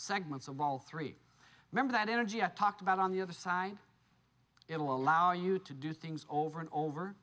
segments of all three remember that energy talked about on the other side it will allow you to do things over and over